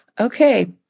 okay